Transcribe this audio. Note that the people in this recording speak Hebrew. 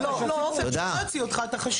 לא, לא, עופר, שלא יוציא אותך, אתה חשוב.